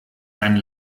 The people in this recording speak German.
seinen